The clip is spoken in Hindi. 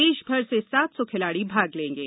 देश भर से सात सौ खिलाड़ी भाग लेंगे